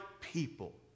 people